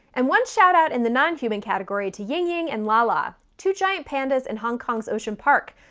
and one shout-out in the non-human category to ying ying and le le, two giant pandas in hong kong's ocean park,